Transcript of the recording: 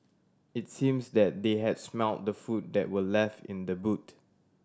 it's seems that they had smelt the food that were left in the boot